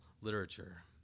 literature